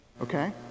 Okay